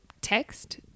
text